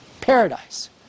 paradise